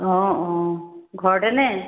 অঁ অঁ ঘৰতেই নে